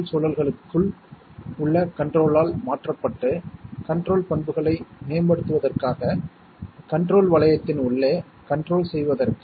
மற்றும் அவைகள் முன் விவாதிக்கப்பட்டது போல 2 மதிப்புகளை எடுக்க முடியும்